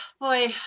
boy